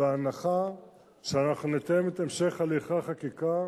בהנחה שאנחנו נתאם את המשך הליכי החקיקה